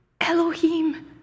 Elohim